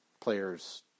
players